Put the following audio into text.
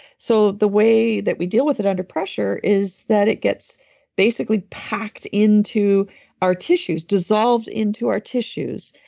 so, the way that we deal with it under pressure is that it gets basically packed into our tissues, dissolved into our tissues.